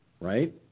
right